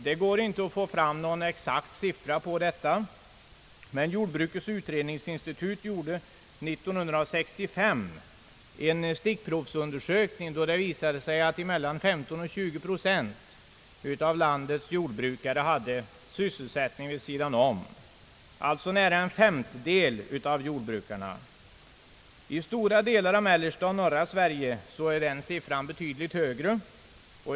Det går inte att få fram någon exakt siffra därpå, men en av jordbrukets utredningsinstitut 1965 gjord stickprovsundersökning gav vid handen att mellan 15 och 20 procent av landets jordbrukare hade sysselsättning vid sidan om, alltså nära en femtedel av jordbrukarna. I stora delar av mellersta och norra Sverige är denna siffra betydligt högre.